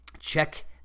Check